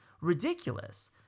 ridiculous